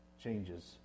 changes